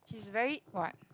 she's very what